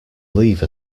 leave